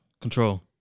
control